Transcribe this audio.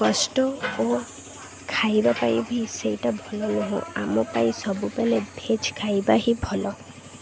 କଷ୍ଟ ଓ ଖାଇବା ପାଇଁ ବି ସେଇଟା ଭଲ ନୁହଁ ଆମ ପାଇଁ ସବୁବେଲେ ଭେଜ୍ ଖାଇବା ହିଁ ଭଲ